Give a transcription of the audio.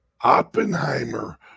Oppenheimer